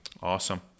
Awesome